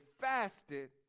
fasted